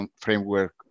framework